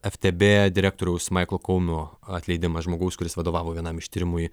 ftb direktoriaus maiklo kauno atleidimas žmogaus kuris vadovavo vienam iš tyrimui